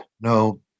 no